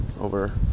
over